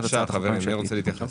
חברים, בבקשה.